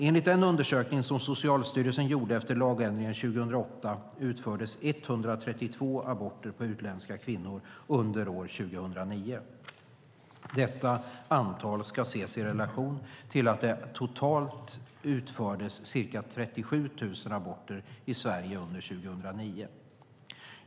Enligt den undersökning som Socialstyrelsen gjorde efter lagändringen 2008 utfördes 132 aborter på utländska kvinnor under år 2009. Detta antal ska ses i relation till att det totalt utfördes ca 37 000 aborter i Sverige under 2009.